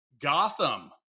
Gotham